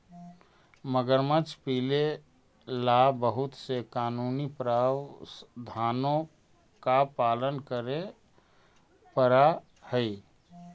मगरमच्छ पीले ला बहुत से कानूनी प्रावधानों का पालन करे पडा हई